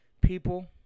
people